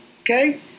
Okay